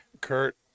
Kurt